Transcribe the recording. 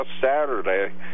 Saturday